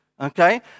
Okay